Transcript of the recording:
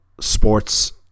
sports